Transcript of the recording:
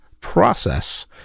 process